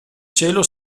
cielo